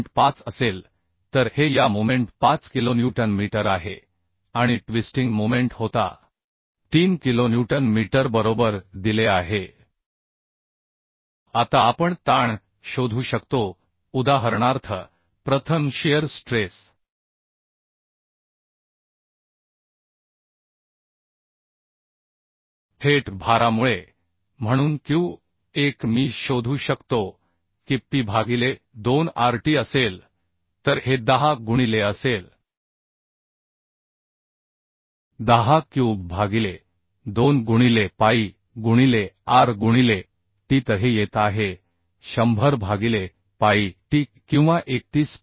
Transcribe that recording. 5 असेल तर हे या मोमेंट 5 किलोन्यूटन मीटर आहे आणि ट्विस्टिंग मोमेंट होता तीन किलोन्यूटन मीटर बरोबर दिले आहे आता आपण ताण शोधू शकतो उदाहरणार्थ प्रथम शिअर स्ट्रेस थेट भारामुळे म्हणून q1 मी शोधू शकतो की P भागिले 2 πrt असेल तर हे 10 गुणिले असेल 10 क्यूब भागिले 2 गुणिले पाई गुणिले r गुणिले t तर हे येत आहे 100 भागिले पाई t किंवा 31